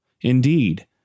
Indeed